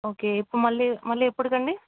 okay ఇప్పుడు మళ్ళీ మళ్ళీ ఎప్పటికి అండి